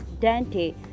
Dante